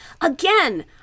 again